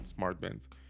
smartbands